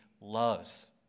loves